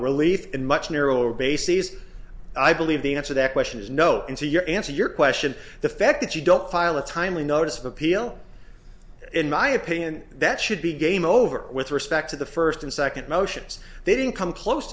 relief in much narrower bases i believe the answer that question is no into your answer your question the fact that you don't file a timely notice of appeal in my opinion that should be game over with respect to the first and second motions they didn't come close